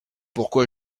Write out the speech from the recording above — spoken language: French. pourquoi